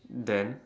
then